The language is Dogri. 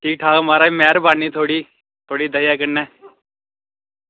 ठीक ठाक महाराज मैह्रबानी थोआढ़ी थोआढ़ी दया कन्नै